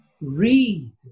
read